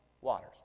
waters